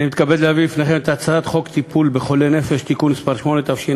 אני מתכבד להביא בפניכם את הצעת חוק טיפול בחולי נפש (תיקון מס' 8),